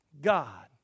God